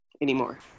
anymore